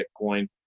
Bitcoin